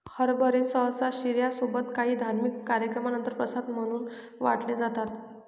हरभरे सहसा शिर्या सोबत काही धार्मिक कार्यक्रमानंतर प्रसाद म्हणून वाटले जातात